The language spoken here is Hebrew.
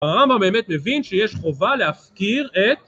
הרמב״ם באמת מבין שיש חובה להפקיר את...